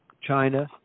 China